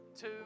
two